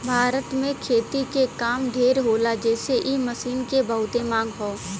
भारत में खेती के काम ढेर होला जेसे इ मशीन के बहुते मांग हौ